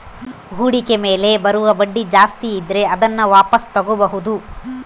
ಹೂಡಿಕೆ ಮೇಲೆ ಬರುವ ಬಡ್ಡಿ ಜಾಸ್ತಿ ಇದ್ರೆ ಅದನ್ನ ವಾಪಾಸ್ ತೊಗೋಬಾಹುದು